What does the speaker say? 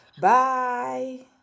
Bye